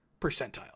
percentile